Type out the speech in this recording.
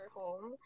home